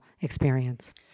experience